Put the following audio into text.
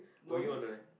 were you on the